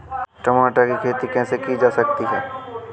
टमाटर की खेती कैसे की जा सकती है?